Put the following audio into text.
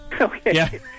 Okay